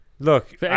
Look